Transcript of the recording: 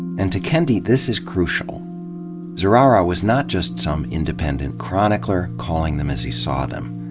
and to kendi, this is crucia l zurara was not just some independent chronicler, calling them as he saw them.